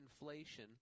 inflation